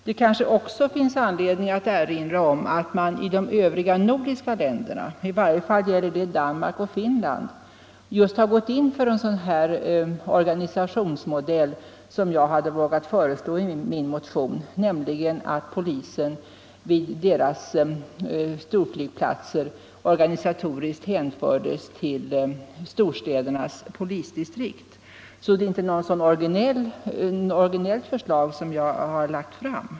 Det kanske också finns anledning att erinra om att man i de övriga nordiska länderna — i varje fall Danmark och Finland — just har gått in för en sådan organisationsmodell som jag hade vågat föreslå i min motion, nämligen att polisen vid storflygplatserna organisatoriskt hänförts till storstädernas polisdistrikt. Det är alltså inte ett särskilt orginellt förslag som jag har lagt fram.